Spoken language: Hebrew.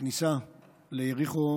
הכניסה ליריחו